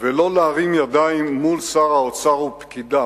ולא להרים ידיים מול שר האוצר ופקידיו,